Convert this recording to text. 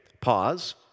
pause